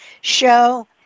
show